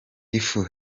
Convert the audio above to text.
ifu